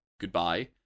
goodbye